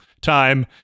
time